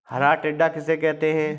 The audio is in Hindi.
हरा टिड्डा किसे कहते हैं?